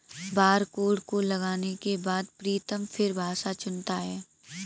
barcode को लगाने के बाद प्रीतम फिर भाषा चुनता है